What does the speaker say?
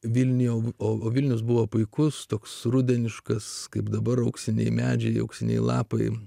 vilniuje o vilnius buvo puikus toks rudeniškas kaip dabar auksiniai medžiai auksiniai lapai